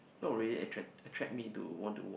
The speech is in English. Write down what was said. not really attract attract me to want to watch